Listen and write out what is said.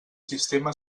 sistema